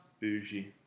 Bougie